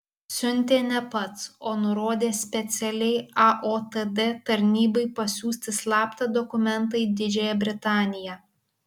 siuntė ne pats o nurodė specialiai aotd tarnybai pasiųsti slaptą dokumentą į didžiąją britaniją